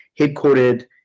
headquartered